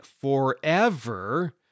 forever